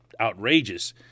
outrageous